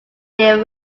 year